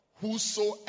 Whosoever